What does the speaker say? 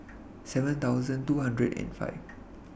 seven thousand two hundred and five